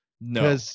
No